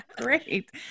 great